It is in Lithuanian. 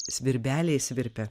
svirbeliai svirpia